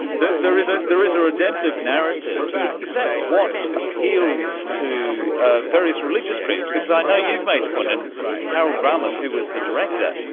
there is ah there is a redemptive narrative. is that what appeals to ah various religious groups, because i know you've made the point and harold ramis who was the director,